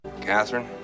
catherine